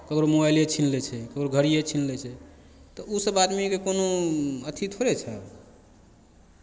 ककरो मोबाइले छीन लै छै ककरो घड़िए छीन लै छै तऽ ओसभ आदमीके कोनो अथी थोड़े छै